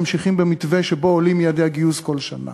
ממשיכים במתווה שבו עולים יעדי הגיוס בכל שנה,